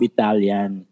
Italian